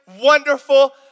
wonderful